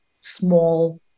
small